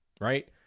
right